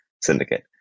syndicate